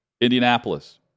Indianapolis